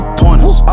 pointers